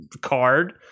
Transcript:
card